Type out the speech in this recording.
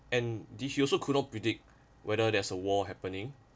and he also could not predict whether there's a war happening